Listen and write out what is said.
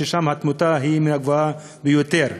ששם התמותה היא מהגבוהות ביותר.